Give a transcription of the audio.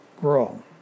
grow